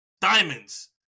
diamonds